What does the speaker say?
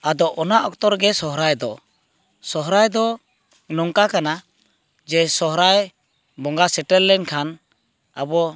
ᱟᱫᱚ ᱚᱱᱟ ᱚᱠᱛᱚ ᱨᱮᱜᱮ ᱥᱚᱦᱚᱨᱟᱭ ᱫᱚ ᱥᱚᱦᱚᱨᱟᱭ ᱫᱚ ᱱᱚᱝᱠᱟ ᱠᱟᱱᱟ ᱡᱮ ᱥᱚᱦᱚᱨᱟᱭ ᱵᱚᱸᱜᱟ ᱥᱮᱴᱮᱨ ᱞᱮᱱᱠᱷᱟᱱ ᱟᱵᱚ